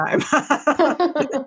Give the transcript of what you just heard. time